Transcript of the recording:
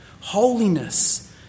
Holiness